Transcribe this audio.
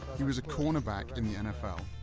he was a cornerback in the nfl,